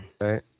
Right